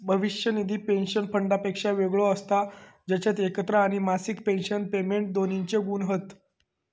भविष्य निधी पेंशन फंडापेक्षा वेगळो असता जेच्यात एकत्र आणि मासिक पेंशन पेमेंट दोन्हिंचे गुण हत